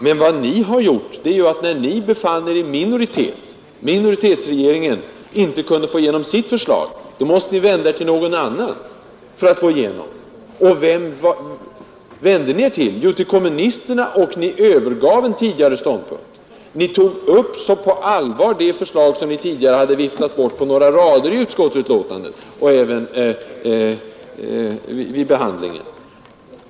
Men vad ni har gjort är att när minoritetsregeringen inte kunde få igenom sitt förslag vände ni er till någon annan för att få hjälp. Och vem vände ni er till? Jo, till kommunisterna. Och ni övergav er tidigare ståndpunkt. Ni tog på allvar upp ett förslag som ni tidigare hade viftat bort på några rader i utskottsbetänkandet.